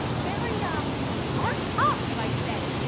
very. um art pop you might say?